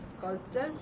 sculptures